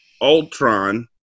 Ultron